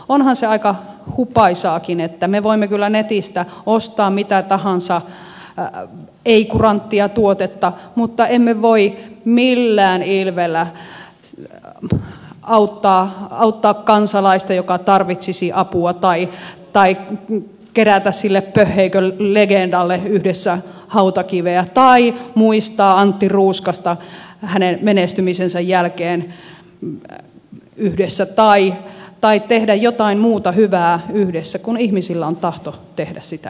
onhan se aika hupaisaakin että me voimme kyllä netistä ostaa mitä tahansa ei kuranttia tuotetta mutta emme voi millään ilveellä auttaa kansalaista joka tarvitsisi apua tai kerätä sille pöhheikön legendalle yhdessä hautakiveä tai muistaa antti ruuskasta hänen menestymisensä jälkeen yhdessä tai tehdä jotain muuta hyvää yhdessä kun ihmisillä on tahto tehdä sitä hyvää